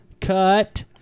cut